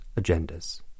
agendas